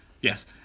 yes